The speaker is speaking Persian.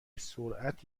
سرعت